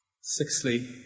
Sixthly